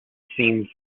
seemed